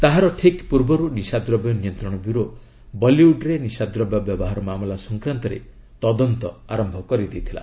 ତାହାର ଠିକ୍ ପୂର୍ବରୁ ନିଶାଦ୍ରବ୍ୟ ନିୟନ୍ତ୍ରଣ ବ୍ୟୁରୋ ବଲିଉଡ଼୍ରେ ନିଶାଦ୍ରବ୍ୟ ବ୍ୟବହାର ମାମଲା ସଂକ୍ରାନ୍ତରେ ତଦନ୍ତ ଆରମ୍ଭ କରିଥିଲା